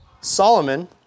Solomon